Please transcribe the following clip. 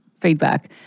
feedback